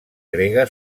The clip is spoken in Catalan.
grega